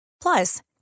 Plus